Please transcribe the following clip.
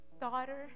daughter